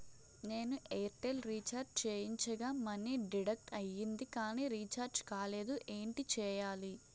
నేను Airtel recharge చేయించగా money deduct అయ్యింది కానీ రీఛార్జ్ కాలేదు ఏంటి చేయాలి?